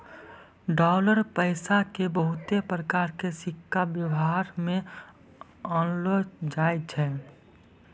dollar पैसा के बहुते प्रकार के सिक्का वेवहार मे आनलो जाय छै